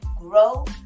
grow